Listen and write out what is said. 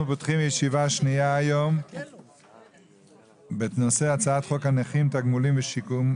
ישיבה שנייה היום בנושא הצעת חוק הנכים (תגמולים ושיקום)